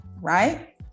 right